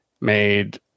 made